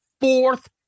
fourth